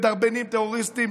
מדרבנים טרוריסטים.